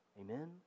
Amen